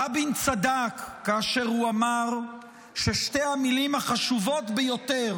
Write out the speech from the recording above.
רבין צדק כאשר הוא אמר ששתי המילים החשובות ביותר